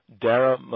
Dara